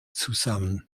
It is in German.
zusammen